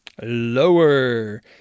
lower